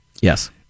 yes